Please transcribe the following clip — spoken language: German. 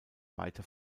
weite